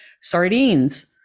sardines